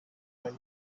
wife